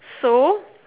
so